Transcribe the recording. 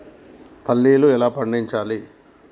పల్లీలు ఎలా పండించాలి?